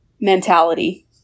mentality